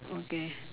okay